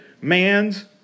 man's